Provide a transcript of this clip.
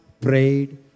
prayed